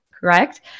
correct